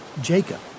Jacob